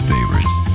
Favorites